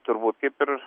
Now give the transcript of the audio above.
turbūt kaip ir